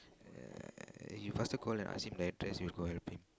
uh you faster call and ask him the address you go help him